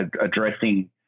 addressing